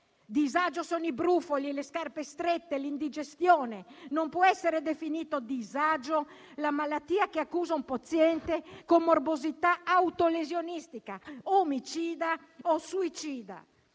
Disagio sono i brufoli, le scarpe strette, l'indigestione. Non può essere definito disagio la malattia che accusa un paziente con morbosità autolesionistica, omicida o suicida.